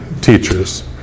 teachers